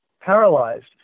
paralyzed